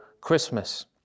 Christmas